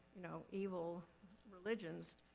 you know, evil religions.